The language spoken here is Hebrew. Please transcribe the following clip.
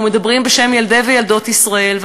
ומדברים בשם ילדי וילדות ישראל,